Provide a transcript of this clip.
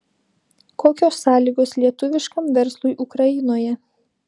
kokios sąlygos lietuviškam verslui ukrainoje